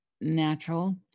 natural